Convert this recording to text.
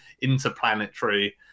interplanetary